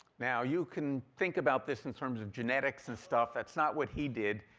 now you can think about this in terms of genetics and stuff. that's not what he did.